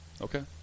Okay